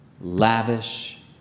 Lavish